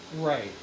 Right